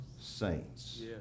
saints